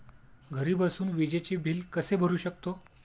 घरी बसून विजेचे बिल कसे भरू शकतो?